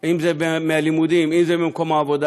אם זה מהלימודים, אם זה ממקום העבודה.